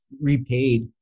repaid